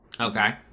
Okay